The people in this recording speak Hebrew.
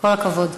כל הכבוד.